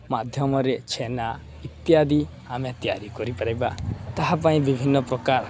ମାଧ୍ୟମରେ ଛେନା ଇତ୍ୟାଦି ଆମେ ତିଆରି କରିପାରିବା ତାହା ପାଇଁ ବିଭିନ୍ନପ୍ରକାର